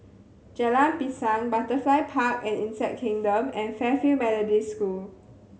Jalan Pisang Butterfly Park and Insect Kingdom and Fairfield Methodist School